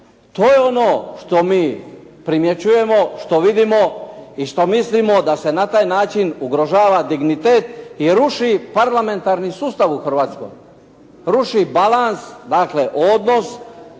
To je ono što mi primjećujemo, što vidimo i što mislimo da se na taj način ugrožava dignitet jer ruši parlamentarni sustav u Hrvatskoj, ruši balans, dakle odnos